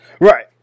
Right